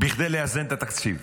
כדי לאזן את התקציב,